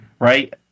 right